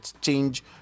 change